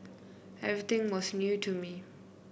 everything was new to me